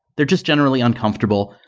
they're just generally uncomfortable.